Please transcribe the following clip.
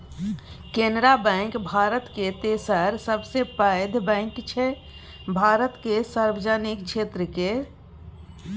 Canara bank भारतक तेसर सबसँ पैघ बैंक छै भारतक सार्वजनिक क्षेत्र केर